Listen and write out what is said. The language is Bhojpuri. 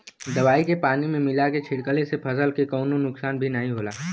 दवाई के पानी में मिला के छिड़कले से फसल के कवनो नुकसान भी नाहीं होला